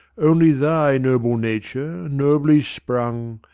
only thy noble nature, nobly sprung,